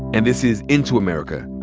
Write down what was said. and this is into america.